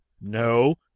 No